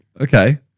Okay